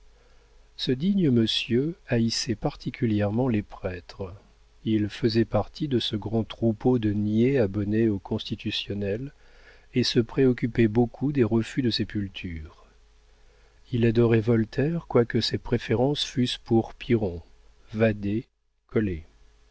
ce digne monsieur haïssait particulièrement les prêtres il faisait partie de ce grand troupeau de niais abonnés au constitutionnel et se préoccupait beaucoup des refus de sépulture il adorait voltaire quoique ses préférences fussent pour piron vadé